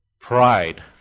pride